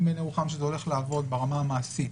בעיני רוחם שזה הולך לעבוד ברמה המעשית,